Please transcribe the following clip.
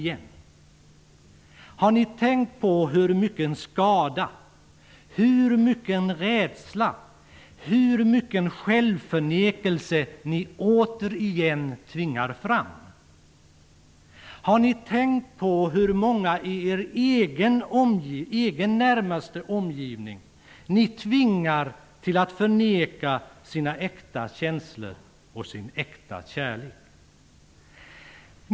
Men har ni tänkt på hur mycken skada, hur mycken rädsla, hur mycken självförnekelse som ni återigen tvingar fram? Har ni tänkt på hur många i er egen närmaste omgivning som ni tvingar att förneka sina egna äkta känslor och sin äkta kärlek?